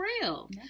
real